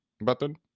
button